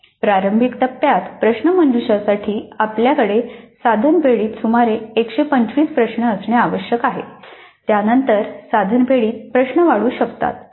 प्रारंभिक टप्प्यात प्रश्नमंजुषासाठी आपल्याकडे साधन पेढीेत सुमारे 125 प्रश्न असणे आवश्यक आहे त्यानंतर साधन पेढीत प्रश्न वाढू शकतात